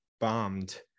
bombed